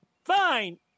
Fine